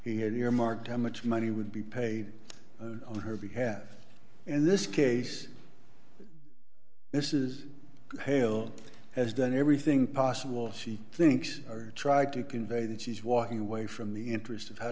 he had earmarked how much money would be paid on her behalf in this case this is hale has done everything possible she thinks or tried to convey that she's walking away from the interest of how